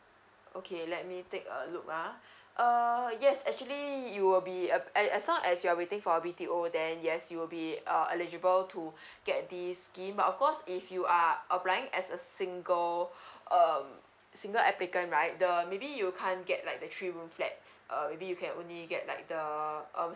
okay let me take a look ah uh yes actually you will be a uh as long as you're waiting for B T O then yes you'll be uh eligible to get the scheme of course if you are applying as a single um single applicant right the maybe you can't get like the three room flat uh maybe you can only get like the